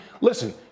Listen